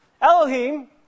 Elohim